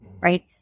right